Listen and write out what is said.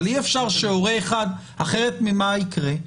אבל אי אפשר שהורה אחד, אחרת, ממה יקרה?